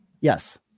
Yes